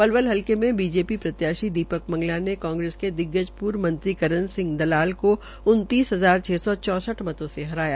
पलवल हलके में बीजेपी प्रत्याशी दीपक मंगला ने कांग्रेस के दिग्गज पूर्व मंत्री करण दलाल को उन्तीस हजार छ सौ चौसठ मतो से हराया